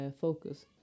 focus